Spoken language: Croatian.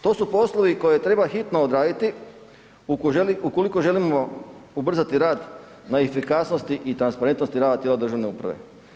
To su poslovi koje treba hitno odraditi ukoliko želimo ubrzati rad na efikasnosti i transparentnosti rada tijela državne uprave.